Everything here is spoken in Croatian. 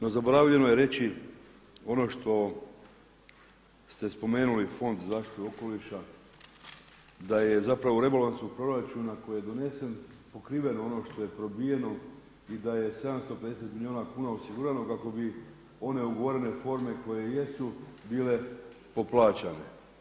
No zaboravljeno je reći ono što ste spomenuli Fond za zaštitu okoliša da je rebalansom proračuna koji je donesen pokriveno ono što je probijeno i da je 750 milijuna kuna osigurano kako bi one ugovorene forme koje jesu bile poplaćane.